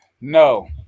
No